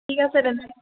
ঠিক আছে তেন্তে